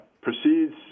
proceeds